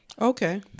Okay